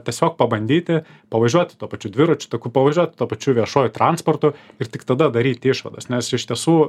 tiesiog pabandyti pavažiuot tuo pačiu dviračių taku pavažiuot tuo pačiu viešuoju transportu ir tik tada daryt išvadas nes iš tiesų